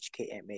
HKMA